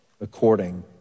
according